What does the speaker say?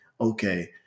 Okay